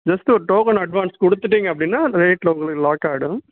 just ஒரு token advance கொடுத்துட்டீங்க அப்படின்னா அந்த ரேட்டில் உங்களுக்கு லாக் ஆகிடும்